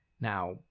Now